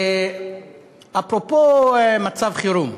אפרופו מצב חירום,